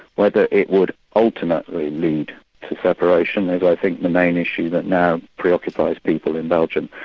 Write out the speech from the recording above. whether it would ultimately lead to separation is i think the main issue that now preoccupies people in belgium.